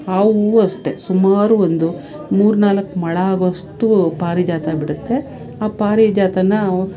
ಆ ಹೂವು ಅಷ್ಟೇ ಸುಮಾರು ಒಂದು ಮೂರ್ನಾಲ್ಕು ಮೊಳ ಆಗೋಷ್ಟು ಪಾರಿಜಾತ ಬಿಡುತ್ತೆ ಆ ಪಾರಿಜಾತನ